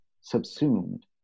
subsumed